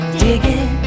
Digging